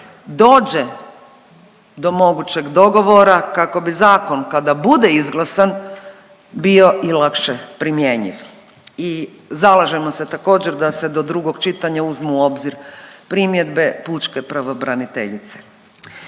dođe do mogućeg dogovora kako bi zakon kada bude izglasan bio i lakše primjenjiv. I zalažemo se također da se do drugog čitanja uzmu u obzir primjedbe pučke pravobraniteljice.